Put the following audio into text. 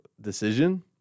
decision